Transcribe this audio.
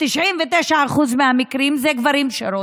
ב-99% מהמקרים אלו גברים שרוצחים.